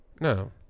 No